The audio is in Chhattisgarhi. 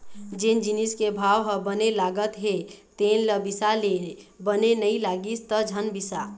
जेन जिनिस के भाव ह बने लागत हे तेन ल बिसा ले, बने नइ लागिस त झन बिसा